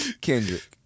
Kendrick